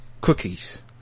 cookies